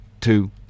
two